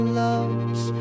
loves